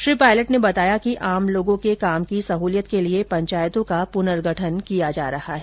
श्री पायलट ने बताया कि आम लोगों के काम की सहूलियत के लिए पंचायतों का पुर्नगठन किया जा रहा है